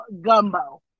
gumbo